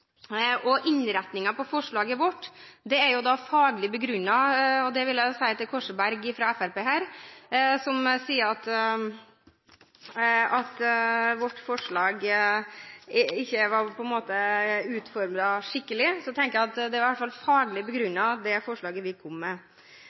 på forslaget vårt er faglig begrunnet. Det vil jeg si til Korsberg fra Fremskrittspartiet, som sier at vårt forslag ikke var utformet skikkelig. Jeg tenker at forslaget vi kom med, i hvert fall var faglig